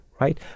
right